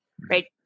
right